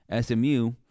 SMU